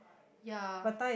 ya